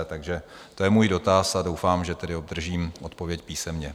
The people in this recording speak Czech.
Takže to je můj dotaz a doufám, že obdržím odpověď písemně.